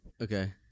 okay